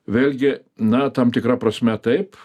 vėlgi na tam tikra prasme taip